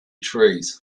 trees